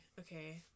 Okay